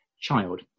child